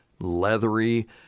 leathery